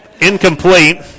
Incomplete